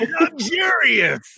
Luxurious